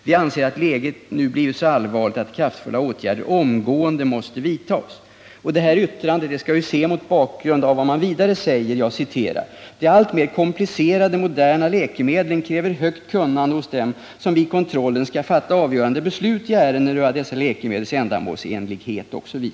Vi anser att läget nu har blivit så allvarligt att kraftfulla åtgärder omgående måste vidtagas.” Detta yttrande bör ses mot bakgrund av vad man vidare säger i brevet: ”De alltmer komplicerade moderna läkemedlen kräver högt kunnande hos dem som vid kontrollen skall fatta avgörande beslut i ärenden rörande dessa läkemedels ändamålsenlighet ———.